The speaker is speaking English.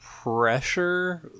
pressure